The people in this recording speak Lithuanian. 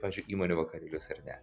pavyzdžiui įmonių vakarėlius ar ne